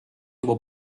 juba